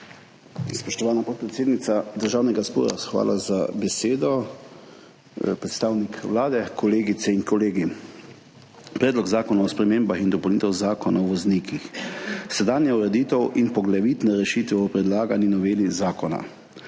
Spoštovana podpredsednica Državnega zbora, hvala za besedo! Predstavnik Vlade, kolegice in kolegi! Predlog zakona o spremembah in dopolnitvah Zakona o voznikih – sedanja ureditev in poglavitne rešitve v predlagani noveli zakona.